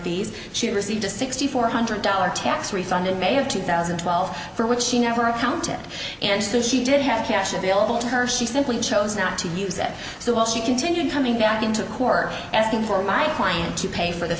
these she received a sixty four hundred dollar tax refund in may of two thousand and twelve for which she never accountant and so she did have cash available to her she simply chose not to use that so while she continued coming back into court asking for my client to pay for the